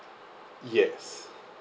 yes